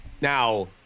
Now